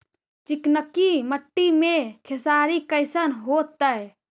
चिकनकी मट्टी मे खेसारी कैसन होतै?